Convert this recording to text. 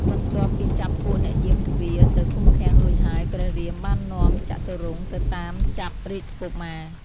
បន្ទាប់ពីចាប់ពួកអ្នកយាមទ្វារ ទៅឃុំឃាំងរួចហើយព្រះរាមបាននាំចតុរង្គទៅតាមចាប់រាជកុមារ។